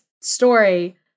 story